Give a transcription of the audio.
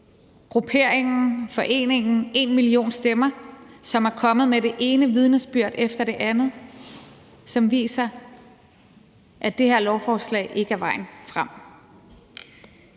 grupperingen #enmillionstemmer, som er kommet med det ene vidnesbyrd efter det andet, der viser, at det her lovforslag ikke er vejen frem.